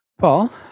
Paul